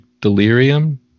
delirium